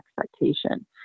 expectation